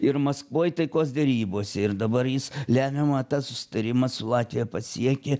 ir maskvoj taikos derybose ir dabar jis lemiamą tą susitarimą su latvija pasiekė